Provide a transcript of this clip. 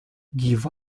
give